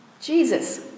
Jesus